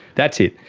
that's it.